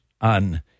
on